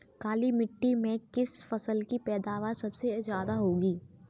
काली मिट्टी में किस फसल की पैदावार सबसे ज्यादा होगी?